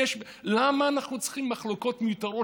למה אנחנו צריכים מחלוקות מיותרות,